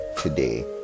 today